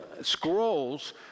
scrolls